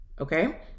okay